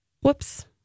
Whoops